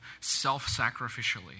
self-sacrificially